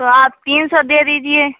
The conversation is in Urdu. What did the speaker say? تو آپ تین سو دے دیجیے